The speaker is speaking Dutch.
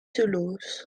toulouse